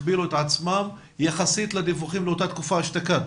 הכפילו את עצמם יחסית לדיווחים לאותה תקופה אשתקד.